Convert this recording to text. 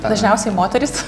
dažniausiai moterys